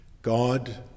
God